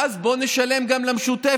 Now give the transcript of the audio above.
ואז בוא, נשלם גם למשותפת.